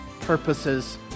purposes